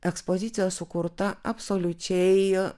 ekspozicija sukurta absoliučiai